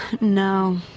no